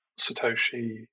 Satoshi